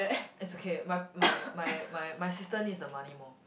it's okay my my my my sister needs the money more